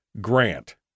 grant